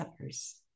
others